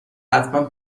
حتما